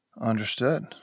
Understood